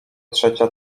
trzecia